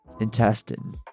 intestine